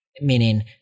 meaning